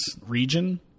region